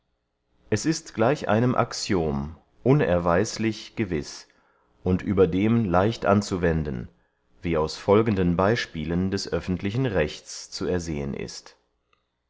es ist gleich einem axiom unerweislich gewiß und überdem leicht anzuwenden wie aus folgenden beyspielen des öffentlichen rechts zu ersehen ist